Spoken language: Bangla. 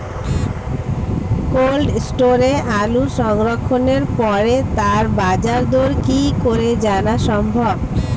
কোল্ড স্টোরে আলু সংরক্ষণের পরে তার বাজারদর কি করে জানা সম্ভব?